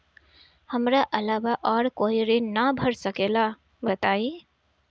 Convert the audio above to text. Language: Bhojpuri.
हमरा अलावा और कोई ऋण ना भर सकेला बताई?